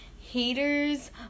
haters